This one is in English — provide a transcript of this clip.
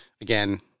Again